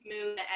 smooth